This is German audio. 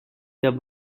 der